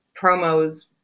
promos